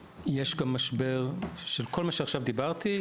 יש גם משבר של כל מה שדיברתי עליו עכשיו,